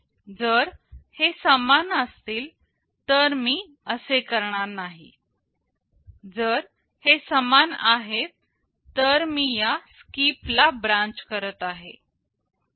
जर हे समान असतील तर मी असे करणार नाही जर हे समान आहेत तर मी या SKIP ला ब्रांच करत आहे